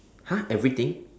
!huh! everything